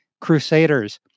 crusaders